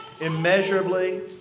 immeasurably